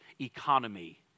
economy